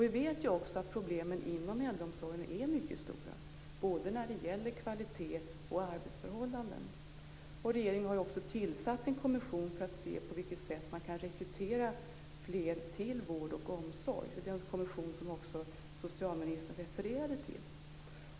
Vi vet också att problemen inom äldreomsorgen är mycket stora, när det gäller både kvalitet och arbetsförhållanden. Regeringen har också tillsatt en kommission för att se på vilket sätt man kan rekrytera fler människor till vård och omsorg. Det är en kommission som också socialministern refererade till.